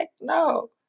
no